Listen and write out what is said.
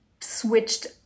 switched